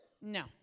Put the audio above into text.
No